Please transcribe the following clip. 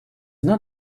not